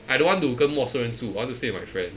I don't want to 跟陌生人住 I want to stay with my friend